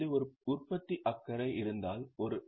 இவை ஒரு உற்பத்தி நோக்கு இருக்குமேயானால் வரக்கூடியவை